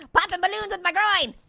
poppin' balloons with my groin.